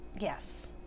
yes